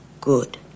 good